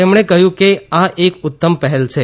તેમણે કહ્યું કે આ એક ઉત્તમ પહેલ છે